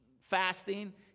fasting